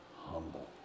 humble